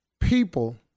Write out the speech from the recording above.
People